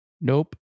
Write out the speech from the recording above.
Nope